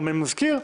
גם מזכיר,